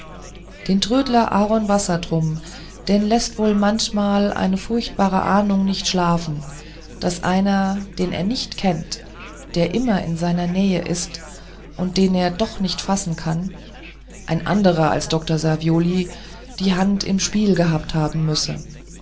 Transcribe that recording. den trödler aaron wassertrum den läßt wohl manchmal eine furchtbare ahnung nicht schlafen daß einer den er nicht kennt der immer in seiner nähe ist und den er doch nicht fassen kann ein anderer als dr savioli die hand im spiele gehabt haben müsse